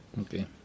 Okay